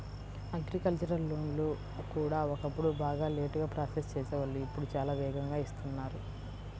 agricultural లోన్లు కూడా ఒకప్పుడు బాగా లేటుగా ప్రాసెస్ చేసేవాళ్ళు ఇప్పుడు చాలా వేగంగా ఇస్తున్నారు